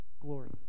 glory